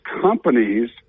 companies